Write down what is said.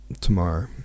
tomorrow